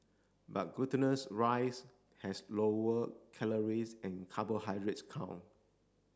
but glutinous rice has lower calories and carbohydrates count